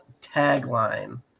Tagline